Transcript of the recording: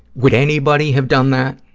would anybody have done that?